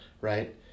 right